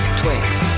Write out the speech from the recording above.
twigs